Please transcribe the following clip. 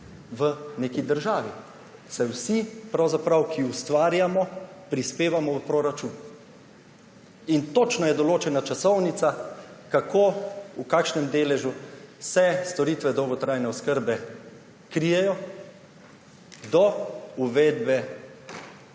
vsi pravzaprav, ki ustvarjamo, prispevamo v proračun. Točno je določena časovnica, kako v kakšnem deležu se storitve dolgotrajne oskrbe krijejo do uvedbe